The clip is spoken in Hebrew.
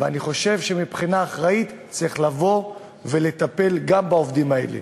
ואני חושב שמבחינת אחריות צריך לבוא ולטפל גם בעובדים האלה.